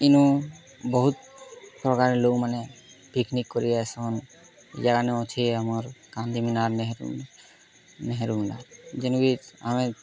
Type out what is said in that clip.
ଇନୁ ବହୁତ୍ ପ୍ରକାର୍ ଲୋକ୍ମାନେ ପିକ୍ନିକ୍ କରି ଆଏସନ୍ ଇ ଜାଗାନ ଅଛେ ଆମୋର୍ ଗାନ୍ଧୀ ମିନାର୍ ନେହେରୁ ମିନାର୍ ଯେନୁକି ଆମେ